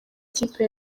ikipe